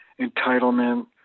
entitlement